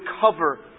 cover